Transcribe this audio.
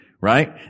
right